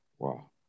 Wow